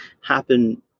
happen